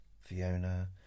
Fiona